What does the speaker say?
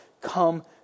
Come